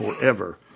forever